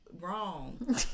wrong